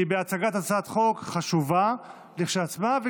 היא בהצגת הצעת חוק חשובה כשלעצמה והיא